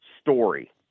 story